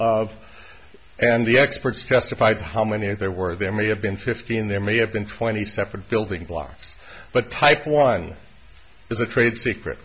of and the experts testified to how many there were there may have been fifteen there may have been twenty separate building blocks but type one is a trade secret